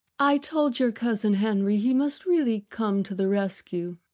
i told your cousin henry he must really come to the rescue.